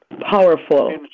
powerful